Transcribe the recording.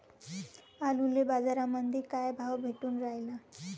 आलूले बाजारामंदी काय भाव भेटून रायला?